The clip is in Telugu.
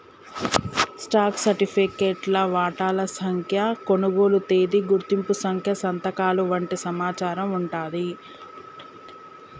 స్టాక్ సర్టిఫికేట్లో వాటాల సంఖ్య, కొనుగోలు తేదీ, గుర్తింపు సంఖ్య సంతకాలు వంటి సమాచారం వుంటాంది